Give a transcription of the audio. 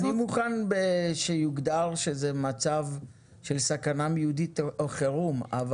אני מוכן שיוגדר שזה מצב שלסכנה מיידית או חירום.